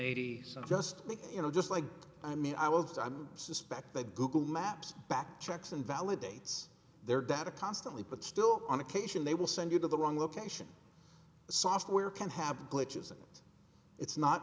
eighty some just make you know just like i mean i was i'm suspect that google maps back tracks and validates their data constantly but still on occasion they will send you to the wrong location software can have glitches in it it's not